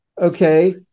okay